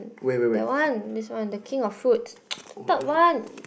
that one this one the king of fruits the third one